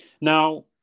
now